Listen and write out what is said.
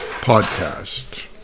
Podcast